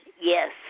yes